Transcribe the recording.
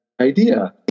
idea